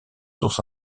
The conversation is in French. sources